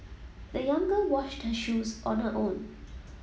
the young girl washed her shoes on her own